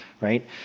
Right